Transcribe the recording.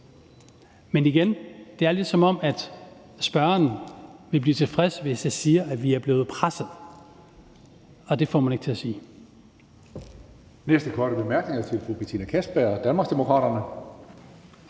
jeg sige, at det er lidt, som om spørgeren ville blive tilfreds, hvis jeg siger, at vi er blevet presset, og det får man mig ikke til at sige.